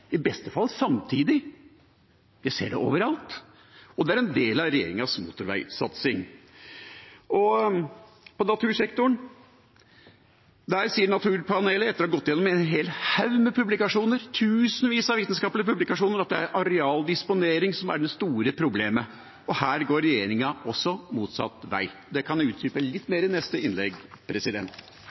i beste fall samtidig. Vi ser det overalt, og det er en del av regjeringas motorveisatsing. Om natursektoren sier naturpanelet – etter å ha gått gjennom en hel haug med publikasjoner, tusenvis av vitenskapelige publikasjoner – at det er arealdisponering som er det store problemet. Her går regjeringa også motsatt vei. Det kan jeg utdype litt mer i neste innlegg.